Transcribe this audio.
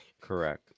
Correct